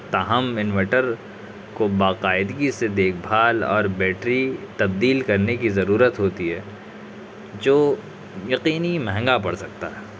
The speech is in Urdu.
تاہم انویٹر کو باقاعدگی سے دیکھ بھال اور بیٹری تبدیل کرنے کی ضرورت ہوتی ہے جو یقینی مہنگا پڑ سکتا ہے